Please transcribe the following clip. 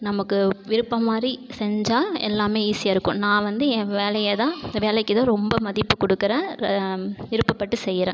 நமக்கு விருப்பமாதிரி செஞ்சால் எல்லாமே ஈஸியாக இருக்கும் நான் வந்து என் வேலையை தான் வேலைக்கு தான் ரொம்ப மதிப்பு கொடுக்குறேன் விருப்பப்பட்டு செய்கிறேன்